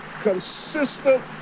consistent